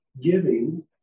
giving